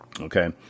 okay